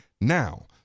now